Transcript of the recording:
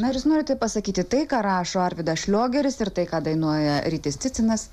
ar jūs norite pasakyti tai ką rašo arvydas šliogeris ir tai ką dainuoja rytis cicinas